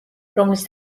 რომლის